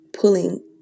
pulling